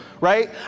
Right